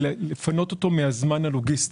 פחות בצד הלוגיסטי.